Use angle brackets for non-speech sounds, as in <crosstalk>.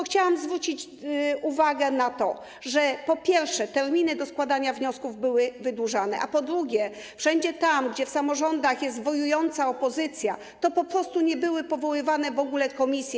Chciałam tylko zwrócić uwagę na to, że po pierwsze, terminy składania wniosków były wydłużane, a po drugie, wszędzie tam, gdzie w samorządach <noise> jest wojująca opozycja, po prostu nie były powoływane w ogóle komisje.